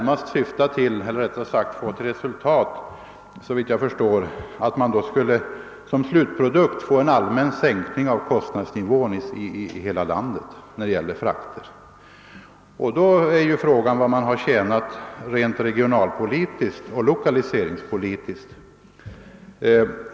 Men slutresultatet med stöd in skulle ju bli en allmän sänkning av fraktkostnadsnivån i hela landet, och vad har man då tjänat rent regionalpolitiskt och lokaliseringspolitiskt?